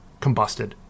combusted